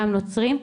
גם אחרים,